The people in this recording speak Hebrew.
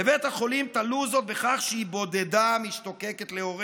בבית החולים תלו זאת בכך שהיא בודדה ומשתוקקת להוריה.